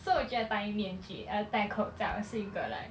so 我觉得带面具 uh 带口罩是一个 like